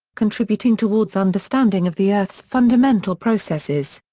contributing towards understanding of the earth's fundamental processes.